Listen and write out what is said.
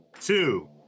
two